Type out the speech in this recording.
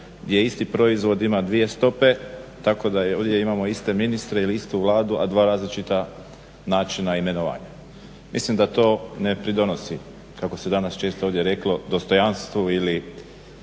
gdje isti proizvod ima dvije stope tako da ovdje imamo iste ministre ili istu Vladu, a dva različita načina imenovanja. Mislim da to ne pridonosi kako se danas često ovdje reklo dostojanstvu ili